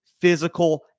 Physical